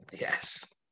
Yes